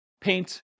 paint